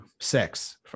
sex